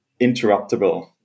interruptible